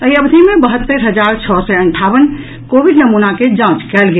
एहि अवधि मे बहत्तरि हजार छओ सय अंठावन कोविड नमूना के जांच कयल गेल